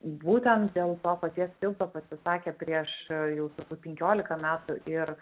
būtent dėl to paties tilto pasisakė prieš jau turbūt penkiolika metų ir